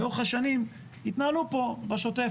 לאורך השנים התנהלו פה בשוטף.